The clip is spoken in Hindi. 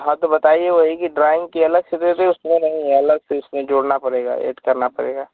हाँ तो बताइए वही की ड्राइंग की अलग से दे दें उसमें नहीं अलग से इसमें जोड़ना पड़ेगा ऐड करना पड़ेगा